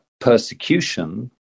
persecution